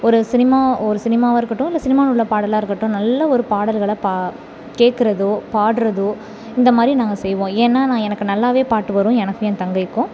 ஒரு சினிமா ஒரு சினிமாவாக இருக்கட்டும் இல்லை சினிமாவில் உள்ள பாடலாக இருக்கட்டும் நல்ல ஒரு பாடல்களை பா கேட்கறதோ பாடுறதோ இந்த மாதிரி நாங்கள் செய்வோம் ஏன்னால் நான் எனக்கு நல்லாவே பாட்டு வரும் எனக்கும் என் தங்கைக்கும்